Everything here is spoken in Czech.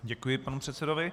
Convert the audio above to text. Děkuji panu předsedovi.